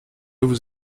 vous